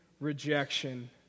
rejection